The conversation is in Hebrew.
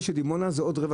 אני מדבר על החזר